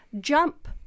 jump